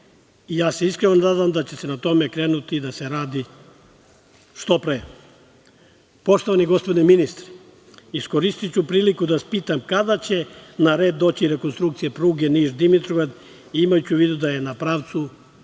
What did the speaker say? Ja se iskreno nadam da će se na tome krenuti da se radi što pre. Poštovani gospodine ministre, iskoristiću priliku da vas pitam kada će na red doći rekonstrukcija pruge Niš – Dimitrovgrad, imajući u vidu da je na pravcu